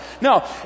No